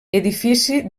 edifici